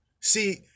See